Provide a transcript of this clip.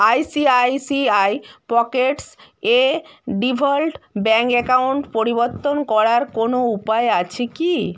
ICICI Pockets এ default bank account পরিবর্তন করার কোনও উপায় আছে কি